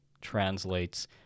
translates